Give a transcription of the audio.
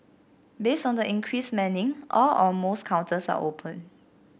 based on the increased manning all or most counters are open